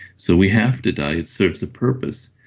so we have to die, it serves the purpose.